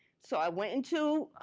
so i went into,